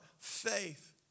Faith